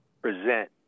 present